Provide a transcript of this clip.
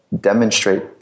demonstrate